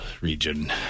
region